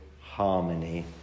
harmony